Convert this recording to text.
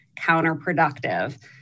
counterproductive